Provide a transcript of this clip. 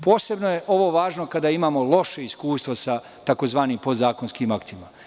Posebno je ovo važno kada imamo loše iskustvo sa tzv. podzakonskim aktima.